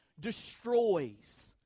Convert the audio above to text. destroys